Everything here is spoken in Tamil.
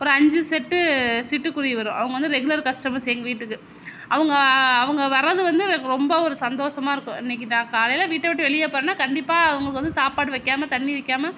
ஒரு அஞ்சு செட்டு சிட்டுக்குருவி வரும் அவங்க வந்து ரெகுலர் கஸ்டமர்ஸ் எங்கள் வீட்டுக்கு அவங்க அவங்க வரது வந்து எனக்கு ரொம்ப ஒரு சந்தோஷமா இருக்கும் இன்னிக்கி நான் காலையில் வீட்டைவிட்டு வெளியே போறேனால் கண்டிப்பா அவங்களுக்கு வந்து சாப்பாடு வைக்காமல் தண்ணி வைக்காமல்